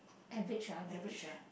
average ah average